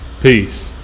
Peace